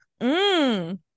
Mmm